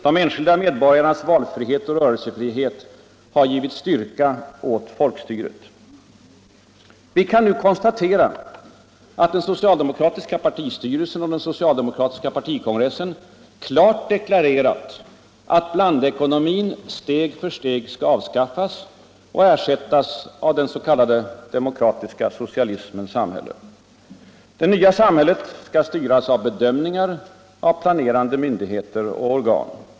De enskilda medborgarnas valfrihet och rörelsefrihet har givit styrka åt folkstyret. Vi kan nu konstatera att den socialdemokratiska partistyrelsen och den socialdemokratiska partikongressen klart deklarerat att blandekonomin ”steg för steg” skall avskaffas och ersättas av den s.k. demokratiska socialismens samhälle. Detta nya samhälle skall styras av bedömningar av planerande myndigheter och organ.